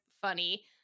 funny